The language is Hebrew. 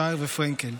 שער ופרנקל.